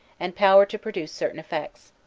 and power to produce certain effects.